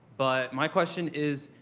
but my question is,